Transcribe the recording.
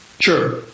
Sure